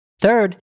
Third